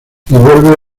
vuelve